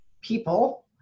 people